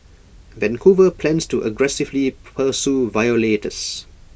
Vancouver plans to aggressively pursue violators